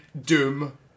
Doom